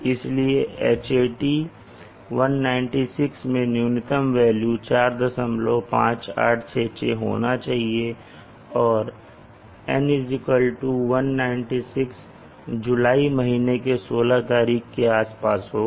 इसलिए Hat में न्यूनतम वेल्यू 45866 होना चाहिए और N196 जुलाई महीने के 16 तारीख के आस पास होगा